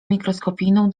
mikroskopijną